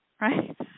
right